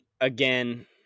again